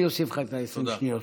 אני אוסיף לך את ה-20 שניות.